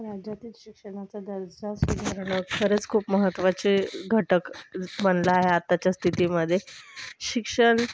राज्यातील शिक्षणाचा दर्जा सुधारणं खरंच खूप महत्वाचा घटक बनला आहे आताचा स्थितीमध्ये शिक्षण